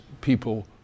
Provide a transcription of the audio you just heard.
people